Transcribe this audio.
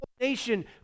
nation